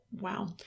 Wow